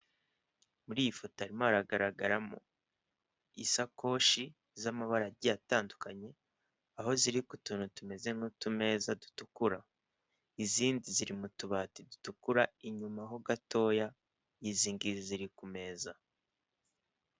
Muri iyi foto harimo hagaragaramo isakoshi z'amabara agiye atandukanye, aho ziri ku tuntu tumeze nk'utumeza dutukura. Izindi ziri mu tubati dutukura, inyuma ho gatoya y'izingizi ziri ku meza.